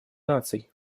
наций